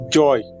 joy